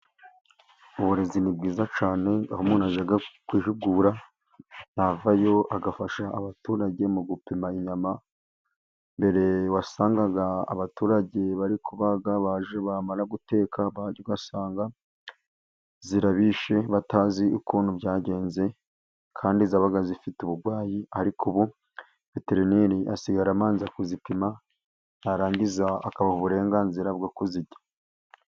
Uburezi ni bwiza cyane aho umuntu ajya kwihugura, yavayo agafasha abaturage mu gupima inyama. Mbere wasangaga abaturage bari kubaga, baje, bamara guteka ugasanga zirabishe, batazi ukuntu byagenze, kandi zabaga zifite uburwayi ariko ubu veterineri asigaye abanza kuzipima, yarangiza akabaha uburenganzira bwo kuzirya.